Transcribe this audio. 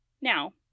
Now